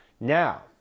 Now